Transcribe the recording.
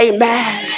Amen